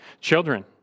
Children